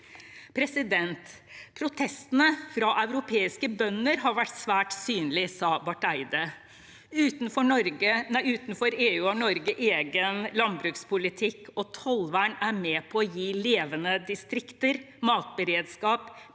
i EU. Protestene fra europeiske bønder har vært svært synlige, sa Barth Eide. Utenfor EU har Norge en egen landbrukspolitikk, og tollvern er med på å gi levende distrikter, matberedskap,